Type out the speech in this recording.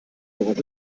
worauf